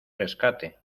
rescate